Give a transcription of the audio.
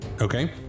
Okay